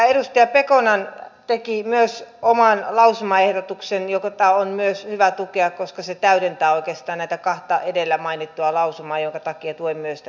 edustaja pekonen teki myös oman lausumaehdotuksen jota on myös hyvä tukea koska se täydentää oikeastaan näitä kahta edellä mainittua lausumaa minkä takia tuen myös tätä esitystä